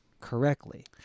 correctly